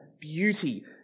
beauty